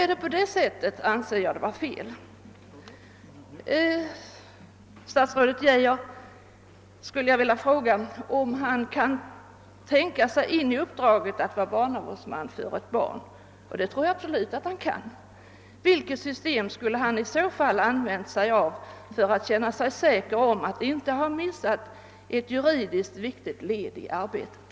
Om så är fallet, anser jag det vara felaktigt. Jag vill fråga statsrådet Geijer, om han kan tänka sig in i rollen som barnavårdsman för ett barn — vilket han säkerligen kan göra — och vilket system han därvid skulle använda för att känna sig säker på att inte missa ett juridiskt mycket viktigt led i arbetet.